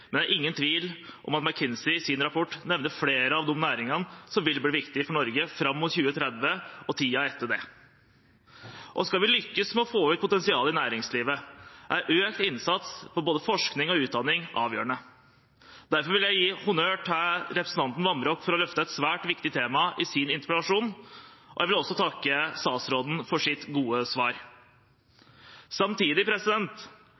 men det er ingen tvil om at McKinseys rapport nevner flere av næringene som vil bli viktige for Norge fram mot 2030 og i tiden etter det. Skal vi lykkes med å få ut potensialet i næringslivet, er økt innsats på både forskning og utdanning avgjørende. Derfor vil jeg gi honnør til representanten Vamraak for at han løfter et svært viktig tema i sin interpellasjon, og jeg vil også takke statsråden for hans gode